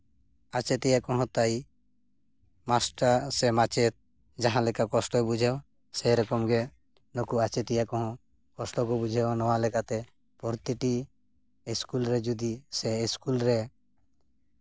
ᱟᱪᱮᱫᱤᱭᱟᱹ ᱠᱚᱦᱚᱸ ᱢᱟᱥᱴᱟᱨ ᱥᱮ ᱢᱟᱪᱮᱫ ᱡᱟᱦᱟᱸ ᱞᱮᱠᱟ ᱠᱚᱥᱴᱚᱭ ᱵᱩᱡᱷᱟᱹᱣᱟ ᱥᱮᱭ ᱨᱚᱠᱚᱢ ᱜᱮ ᱱᱩᱠᱩ ᱟᱪᱮᱫᱤᱭᱟᱹ ᱠᱚᱦᱚᱸ ᱠᱚᱥᱴᱚ ᱠᱚ ᱵᱩᱡᱷᱟᱹᱣᱟ ᱱᱚᱣᱟ ᱞᱮᱠᱟᱛᱮ ᱯᱨᱚᱛᱤᱴᱤ ᱤᱥᱠᱩᱞ ᱨᱮ ᱡᱩᱫᱤ ᱥᱮ ᱤᱥᱠᱩᱞ ᱨᱮ